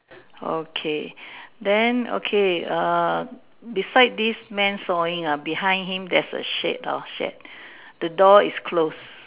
okay then okay err beside this man sawing ah behind him there's a shed hor shed the door is closed